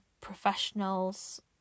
professionals